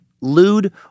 lewd